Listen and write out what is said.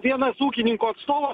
vienas ūkininkų atstovas